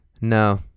No